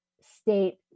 State